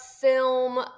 film